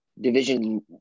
division